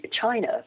China